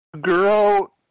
Girl